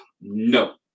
No